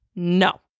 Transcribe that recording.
No